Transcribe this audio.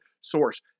source